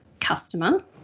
customer